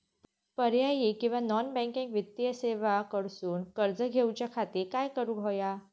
पर्यायी किंवा non banking वित्तीय सेवा कडसून कर्ज घेऊच्या खाती काय करुक होया?